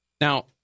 Now